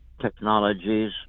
Technologies